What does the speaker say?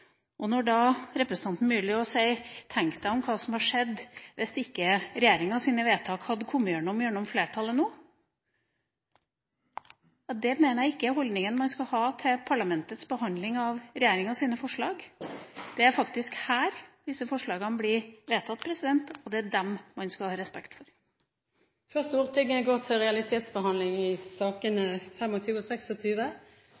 det når vi virkelig føler at vi må gjøre det. Representanten Myrli sa at en måtte tenke over hva som ville skje hvis ikke regjeringas vedtak skulle gå igjennom – ved flertallet – nå. Jeg mener at det ikke er holdninga man skal ha til parlamentets behandling av regjeringas forslag. Det er faktisk her disse forslagene blir vedtatt, og det er dem man skal ha respekt for. Før Stortinget går til realitetsbehandling